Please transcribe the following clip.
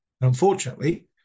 Unfortunately